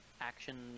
action